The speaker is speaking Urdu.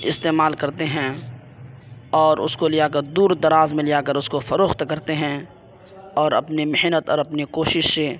استعمال کرتے ہیں اور اس کو لے جا کر دور دراز میں لے جا کر اس کو فروخت کرتے ہیں اور اپنی محنت اور اپنی کوشش سے